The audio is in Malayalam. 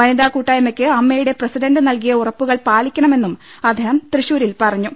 വനിതാകൂട്ടായ്മയ്ക്ക് അമ്മയുടെ പ്രസിഡണ്ട് നൽകിയ ഉറപ്പുകൾ പാലിക്കണമെന്നും അദ്ദേഹം തൃശൂരിൽ പറഞ്ഞു